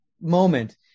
moment